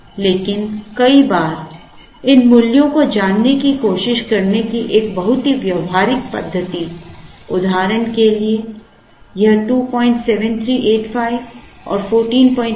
लेकिन कई बार इन मूल्यों को जानने की कोशिश करने की एक बहुत ही व्यावहारिक पद्धति उदाहरण के लिए यह 27385 और 1414